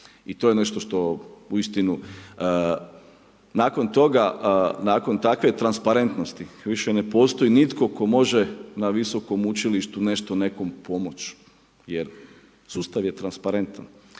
I to je nešto što uistinu, nakon toga, nakon takve transparentnosti, više ne postoji nitko tko može na visokom učilištu nešto nekome pomoći, jer sustav je transparentan.